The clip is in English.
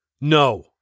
No